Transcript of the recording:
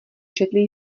četli